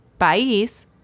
país